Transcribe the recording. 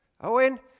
Owen